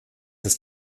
ist